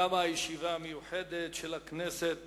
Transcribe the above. תמה הישיבה המיוחדת של הכנסת